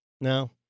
No